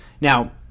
Now